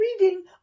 reading